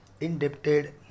indebted